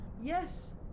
Yes